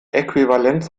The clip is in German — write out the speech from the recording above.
äquivalenz